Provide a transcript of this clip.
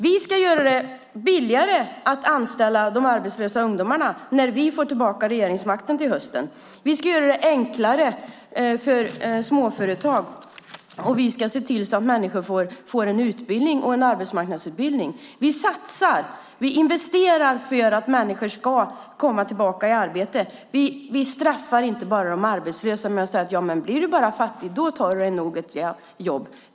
Vi ska göra det billigare att anställa de arbetslösa ungdomarna när vi får tillbaka regeringsmakten till hösten. Vi ska göra det enklare för småföretag, och vi ska se till att människor får en utbildning och en arbetsmarknadsutbildning. Vi investerar för att människor ska komma tillbaka i arbete. Vi straffar inte de arbetslösa genom att säga att bara de blir fattiga tar de sig nog ett jobb.